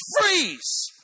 freeze